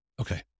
Okay